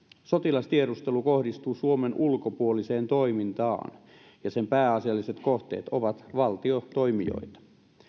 sotilastiedustelu kohdistuu suomen ulkopuoliseen toimintaan ja sen pääasialliset kohteet ovat valtiotoimijoita